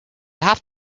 have